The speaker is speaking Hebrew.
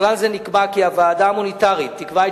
בכלל זה נקבע כי הוועדה המוניטרית תקבע את